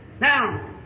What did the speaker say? Now